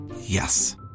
Yes